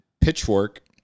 Pitchfork